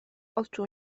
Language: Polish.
odczuł